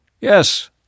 Yes